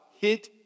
hit